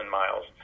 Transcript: miles